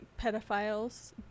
pedophiles